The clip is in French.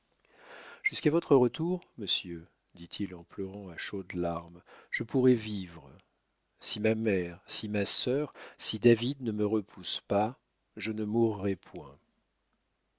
jusqu'à votre retour monsieur dit-il en pleurant à chaudes larmes je pourrai vivre si ma mère si ma sœur si david ne me repoussent pas je ne mourrai point